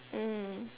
mm